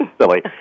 silly